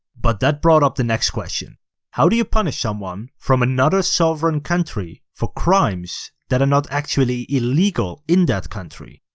but that brought up the next question how do you punish someone from another sovereign country for crimes that are not actually illegal in that country?